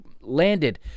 landed